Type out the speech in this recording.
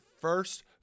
first